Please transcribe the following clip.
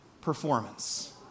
performance